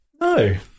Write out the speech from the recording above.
no